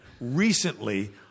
recently